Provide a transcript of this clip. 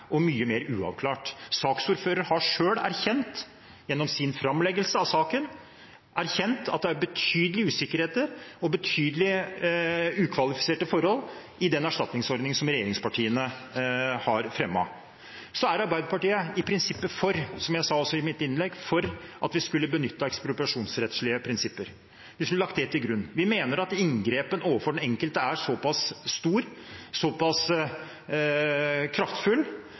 er mye mer spektakulær og mye mer uavklart. Saksordføreren har selv erkjent gjennom sin framleggelse av saken at det er betydelig usikkerhet og betydelig ukvalifiserte forhold i den erstatningsordningen som regjeringspartiene har fremmet. Så er Arbeiderpartiet, som jeg også sa i mitt innlegg, i prinsippet for at vi skulle benyttet ekspropriasjonsrettslige prinsipper og lagt det til grunn. Vi mener at inngrepet overfor den enkelte er